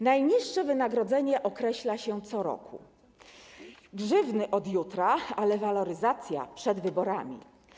Najniższe wynagrodzenie określa się co roku, grzywny - od jutra, ale waloryzację - przed wyborami.